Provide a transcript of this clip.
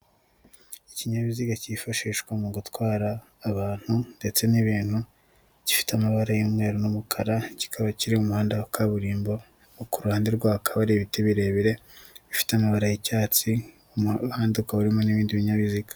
Ikinyabiziga kifashishwa mu gutwara abantu ndetse n'ibintu, gifite amabara y'umweru n'umukara, kikaba kiri umuhanda wa kaburimbo, no ku ruhande rwaho hakaba hari ibiti birebire, bifite amabara y'icyatsi, umuhanda ukaba urimo n'ibindi binyabiziga.